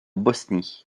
bosnie